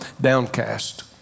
downcast